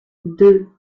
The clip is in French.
deux